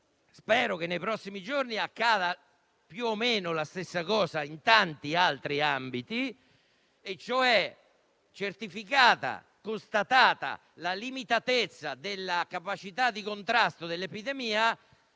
spero che nei prossimi giorni accada più o meno la stessa cosa in tanti altri ambiti: certificata, constatata la limitatezza della capacità di contrasto dell'epidemia,